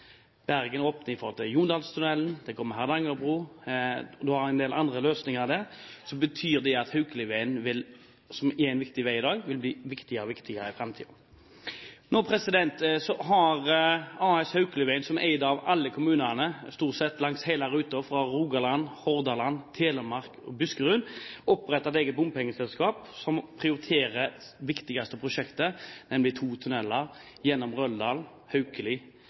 åpner, når Hardangerbrua kommer, og man har en del andre løsninger der, som betyr at Haukelivegen, som er en viktig vei i dag, vil bli viktigere og viktigere i framtiden. Nå har AS Haukelivegen, som er eid av stort sett alle kommunene langs hele ruten – i Rogaland, Hordaland, Telemark og Buskerud – opprettet et eget bompengeselskap som prioriterer det viktigste prosjektet, nemlig to tunneler gjennom